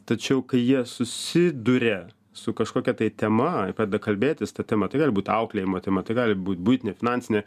tačiau kai jie susiduria su kažkokia tai tema ir pradeda kalbėtis ta tema tai gali būt auklėjimo tema tai gali būt buitinė finansinė